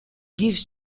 gives